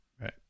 Right